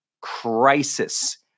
crisis